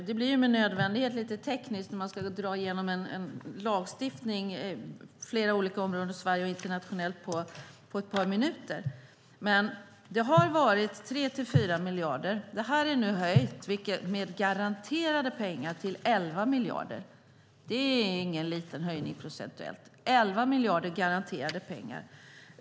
Det blir med nödvändighet lite tekniskt när man ska dra igenom en lagstiftning inom flera olika områden i Sverige och internationellt på ett par minuter, men när det gäller de belopp som jag har nämnt har det varit 3-4 miljarder, som nu, med garanterade pengar, är höjt till 11 miljarder. Det är ingen liten procentuell höjning.